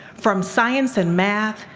from science and math,